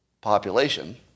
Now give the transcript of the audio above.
population